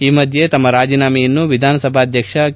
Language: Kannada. ಈ ಮಧ್ಯೆ ತಮ್ಮ ರಾಜೀನಾಮೆಯನ್ನು ವಿಧಾನಸಭಾ ಅಧ್ಯಕ್ಷ ಕೆ